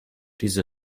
diese